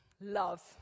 love